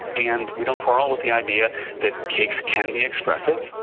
and we don't quarrel with the idea that cakes can be expressive,